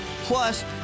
Plus